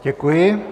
Děkuji.